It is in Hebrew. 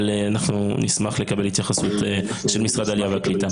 אבל אנחנו נשמח לקבל התייחסות של משרד העלייה והקליטה,